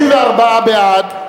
34 בעד,